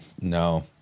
No